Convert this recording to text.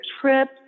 trip